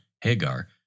Hagar